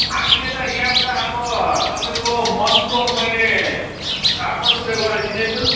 हामीले त यहाँबाट अब तपाईँको मनको मैले चार सौ रुपियाँ गरेर दिँदैछु